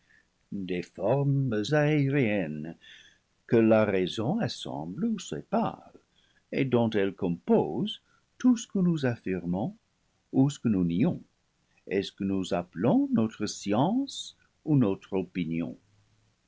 des formes aériennes que la raison assemble ou sépare et dont elle compose tout ce que nous affirmons ou ce que nous nions et ce que nous appelons notre science ou notre opinion